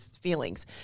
feelings